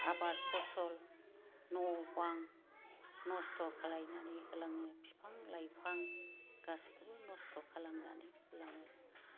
आबाद फसल न' बां नस्थ' खालामनानै होलाङो बिफां लाइफां गासैखौबो नस्थ' खालामनानै होलाङो